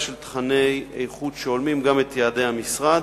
של תוכני איכות שהולמים גם יעדי המשרד.